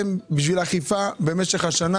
אצלם לאכיפה של הנושא הזה במשך השנה.